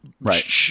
right